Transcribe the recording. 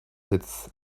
his